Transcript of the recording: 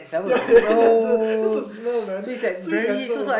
ya that's the that's the smell man sweet and sour